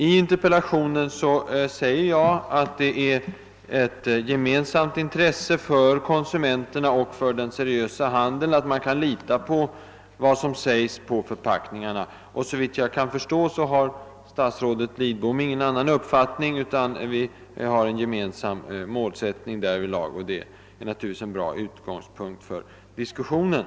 I interpellationen framhåller jag att det är ett gemensamt intresse för konsumenterna och den seriösa handeln att man kan lita på förpackningarnas uppgifter. Såvitt jag förstår har statsrådet Lidbom ingen annan uppfattning, utan vi har en gemensam målsättning därvidlag. Det är naturligtvis en bra utgångspunkt för diskussionen.